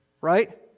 right